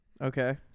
Okay